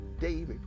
david